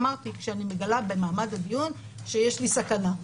אמרתי, כשאני מגלה במעמד הדיון שיש לי סכנה.